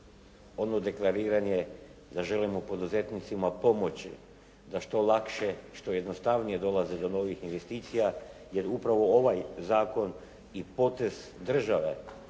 ono deklariranje da želimo poduzetnicima pomoći da što lakše i što jednostavnije dolaze do novih investicija jer upravo ovaj zakon i potez države